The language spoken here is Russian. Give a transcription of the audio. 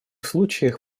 случаях